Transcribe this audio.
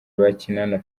bakinana